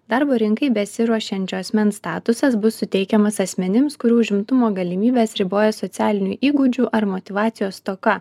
darbo rinkai besiruošiančio asmens statusas bus suteikiamas asmenims kurių užimtumo galimybes riboja socialinių įgūdžių ar motyvacijos stoka